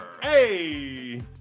Hey